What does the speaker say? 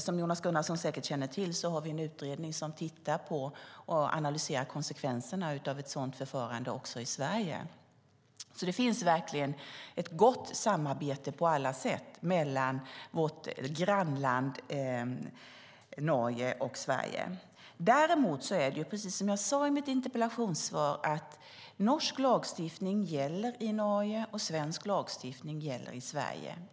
Som Jonas Gunnarsson säkert känner till har vi en utredning som tittar på och analyserar konsekvenserna av ett sådant förfarande också i Sverige. Det finns alltså ett gott samarbete på alla sätt mellan vårt grannland Norge och Sverige. Men precis som jag sade i mitt interpellationssvar gäller norsk lagstiftning i Norge och svensk lagstiftning i Sverige.